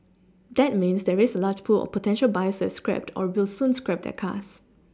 that means there is a large pool of potential buyers scrapped or will soon scrap their cars